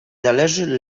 należy